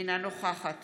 אינה נוכחת